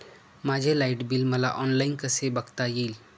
माझे light bill मला online कसे बघता येईल?